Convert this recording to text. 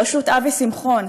בראשות אבי שמחון.